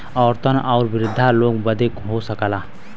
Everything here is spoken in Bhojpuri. औरतन आउर वृद्धा लोग बदे हो सकला